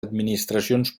administracions